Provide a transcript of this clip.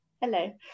Hello